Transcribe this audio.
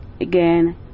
Again